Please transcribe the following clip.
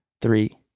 Three